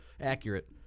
accurate